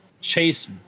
chase